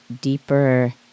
deeper